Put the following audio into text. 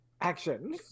action